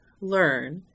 learn